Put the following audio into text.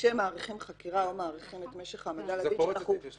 כשמאריכים חקירה או מאריכים את משך העמדה לדין שאנחנו